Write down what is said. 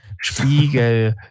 Spiegel